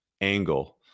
angle